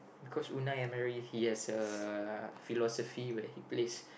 because Unai-Emery he has a philosophy where he plays